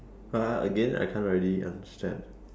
!huh! again I can't really understand